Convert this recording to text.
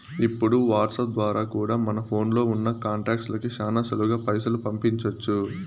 ఇప్పుడు వాట్సాప్ ద్వారా కూడా మన ఫోన్లో ఉన్నా కాంటాక్ట్స్ లకి శానా సులువుగా పైసలు పంపించొచ్చు